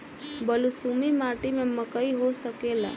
बलसूमी माटी में मकई हो सकेला?